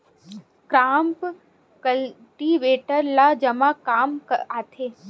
Crop cultivator ला कमा काम आथे?